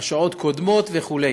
הרשעות קודמות וכו'.